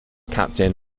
captain